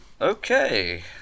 Okay